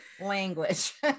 language